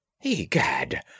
Egad